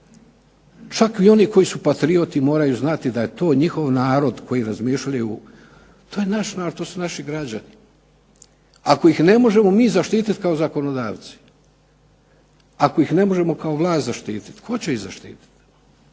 Čak i oni koji su patrioti moraju znati da je to njihov narod koji razmišljaju, to je naš narod, to su naši građani. Ako ih ne možemo mi zaštititi kao zakonodavci, ako ih ne možemo kao vlast zaštititi tko će ih zaštiti?